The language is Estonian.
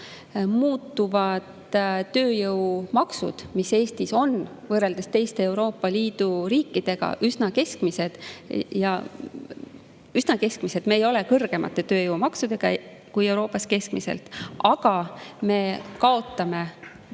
muutuvad tööjõumaksud, mis Eestis on võrreldes teiste Euroopa Liidu riikidega üsna keskmised. Me ei ole kõrgemate tööjõumaksudega kui Euroopas keskmiselt. Aga me kaotame